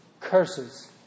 curses